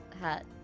hat